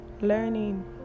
Learning